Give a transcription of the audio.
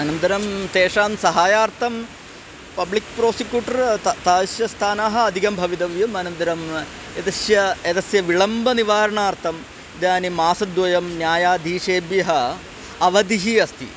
अनन्तरं तेषां सहाय्यार्थं पब्लिक् प्रोसिक्यूटर् त तादृशानां अधिकं भवितव्यम् अनन्तरम् एतस्य एतस्य विलम्बं निवारणार्थम् इदानीं मासद्वयं न्यायाधीशेभ्यः अवधिः अस्ति